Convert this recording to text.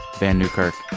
vann newkirk,